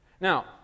Now